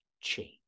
change